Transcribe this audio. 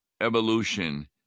evolution